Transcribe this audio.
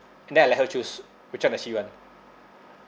then I let her choose which one does she want